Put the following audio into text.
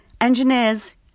engineers